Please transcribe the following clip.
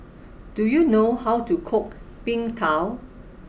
do you know how to cook Png Tao